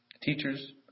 teachers